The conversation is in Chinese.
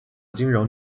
金融